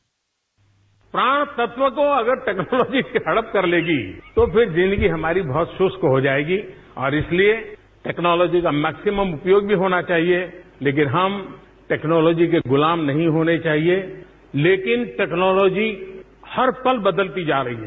bite प्राण तत्वों को अगर टेक्नोलॉजी हड़प कर लेगी तो फिर जिंदगी हमारी बहुत सुस्त हो जाएगी और इसलिए टेक्नोलॉजी का मैक्सिमम उपयोग भी होना चाहिए लेकिन हम टेक्नोलांजी के गुलाम नहीं होने चाहिए लेकिन टेक्नोलांजी हर पल बदलती जा रही है